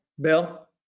Bill